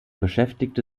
beschäftigte